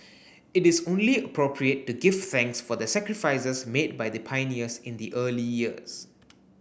it is only appropriate to give thanks for the sacrifices made by the pioneers in the early years